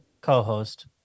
co-host